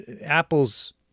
Apple's –